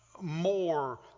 more